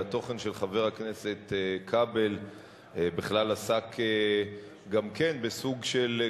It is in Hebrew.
התוכן של חבר הכנסת כבל בכלל עסק גם כן בסוג של,